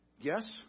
Yes